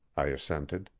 i assented.